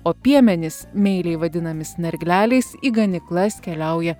o piemenys meiliai vadinami snargleliais į ganyklas keliauja